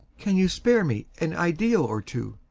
can you spare me an ideal or two?